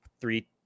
three